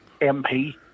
MP